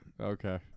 Okay